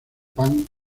punk